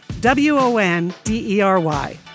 W-O-N-D-E-R-Y